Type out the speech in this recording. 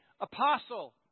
apostle